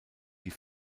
die